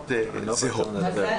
תאומות זהות.